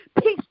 Peace